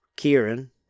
Kieran